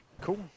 Cool